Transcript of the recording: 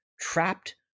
trapped